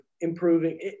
improving